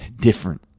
different